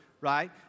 right